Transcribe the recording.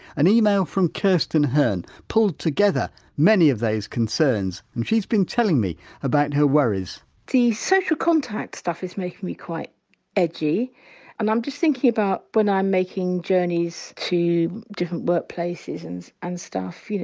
an email from kirsten hearn pulled together many of those concerns and she's been telling me about her worries the social contact stuff is making me quite edgy and i'm just thinking about when i'm making journeys to different workplaces and and stuff, you know